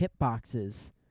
hitboxes